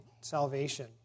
salvation